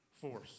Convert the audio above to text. force